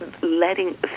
Letting